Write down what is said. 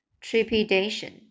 trepidation